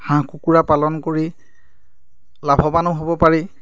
হাঁহ কুকুৰা পালন কৰি লাভৱানো হ'ব পাৰি